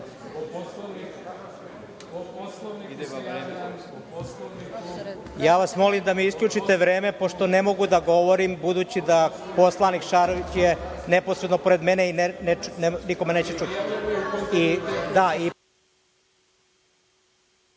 Ja vas molim da mi isključite vreme, pošto ne mogu da govorim, budući da je poslanik Šarović neposredno pored mene i niko me neće čuti.